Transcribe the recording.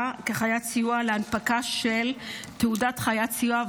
כחיית סיוע להנפקה של תעודת חיית סיוע,